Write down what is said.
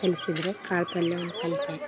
ಕಲಿಸಿದ್ರು ಕಾಳು ಪಲ್ಯ ಒಂದು ಕಲಿತೆ